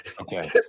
okay